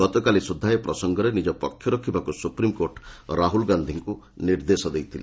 ଗତକାଲି ସୁଦ୍ଧା ଏ ପ୍ରସଙ୍ଗରେ ନିଜ ପକ୍ଷ ରଖିବାକୁ ସୁପ୍ରିମକୋର୍ଟ ରାହୁଲ ଗାନ୍ଧିଙ୍କୁ ନିର୍ଦ୍ଦେଶ ଦେଇଥିଲେ